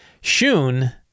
Shun